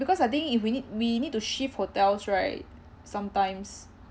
because I think if we need we need to shift hotels right sometimes